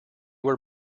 were